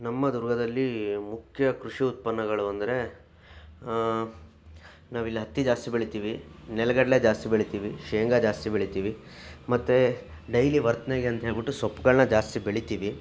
ನಮ್ಮ ದುರ್ಗದಲ್ಲಿ ಮುಖ್ಯ ಕೃಷಿ ಉತ್ಪನ್ನಗಳು ಅಂದರೆ ನಾವಿಲ್ಲಿ ಹತ್ತಿ ಜಾಸ್ತಿ ಬೆಳಿತೀವಿ ನೆಲಗಡಲೆ ಜಾಸ್ತಿ ಬೆಳಿತೀವಿ ಶೇಂಗ ಜಾಸ್ತಿ ಬೆಳಿತೀವಿ ಮತ್ತೆ ಡೈಲಿ ವರ್ತನೆಗೆ ಅಂತ ಹೇಳ್ಬಿಟ್ಟು ಸೊಪ್ಪುಗಳನ್ನ ಜಾಸ್ತಿ ಬೆಳಿತೀವಿ